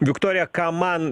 viktorija ką man